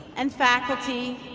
and faculty,